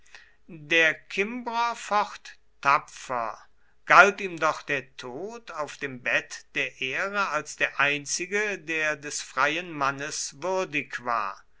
der kimbrer focht tapfer galt ihm doch der tod auf dem bett der ehre als der einzige der des freien mannes würdig war